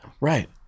Right